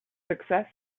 success